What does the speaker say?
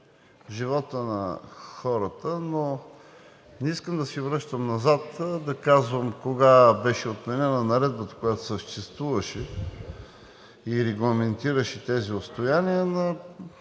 живота на хората, но не искам да се връщам назад, да казвам кога беше отменена наредбата, която съществуваше и регламентираше тези отстояния